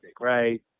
right